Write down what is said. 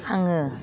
आङो